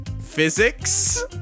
physics